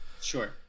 Sure